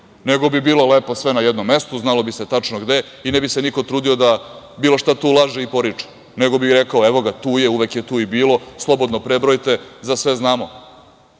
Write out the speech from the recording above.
nego bi bilo lepo sve na jednom mestu, znalo bi se tačno gde i ne bi se niko trudio da bilo šta tu laže i poriče, nego bi rekao – evo ga, tu je, uvek je tu i bilo, slobodno prebrojte, za sve znamo